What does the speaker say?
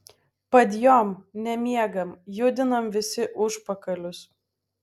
padjom nemiegam judinam visi užpakalius